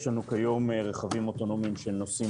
יש לנו כיום רכבים אוטונומיים שנוסעים